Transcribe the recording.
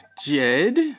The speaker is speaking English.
Jed